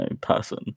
person